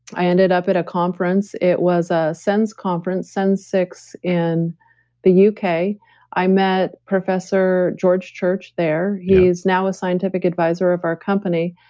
i ended up at a conference, it was a sens conference, sens six in the yeah uk. i met professor george church there, he is now a scientific advisor of our company.